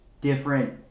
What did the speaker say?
different